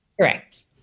Correct